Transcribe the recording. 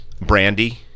Brandy